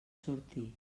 sortir